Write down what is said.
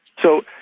so,